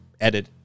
edit